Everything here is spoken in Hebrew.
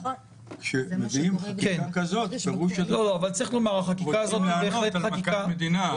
כשמביאים חקיקה כזאת הפירוש הוא שרואים בזה מכת מדינה.